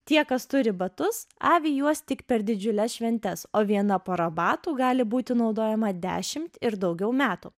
tie kas turi batus avi juos tik per didžiules šventes o viena pora batų gali būti naudojama dešimt ir daugiau metų